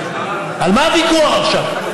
על מה הוויכוח עכשיו?